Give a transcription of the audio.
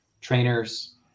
trainers